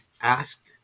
asked